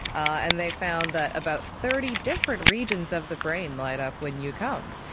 and they found that about thirty different regions of the brain light up when you come.